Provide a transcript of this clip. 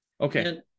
Okay